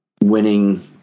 Winning